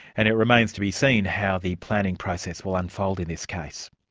and it remains to be seen how the planning process will unfold in this case.